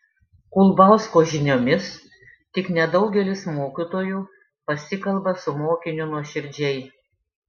kulbausko žiniomis tik nedaugelis mokytojų pasikalba su mokiniu nuoširdžiai